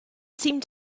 seemed